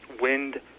wind